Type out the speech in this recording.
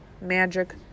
magic